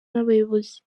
n’abayobozi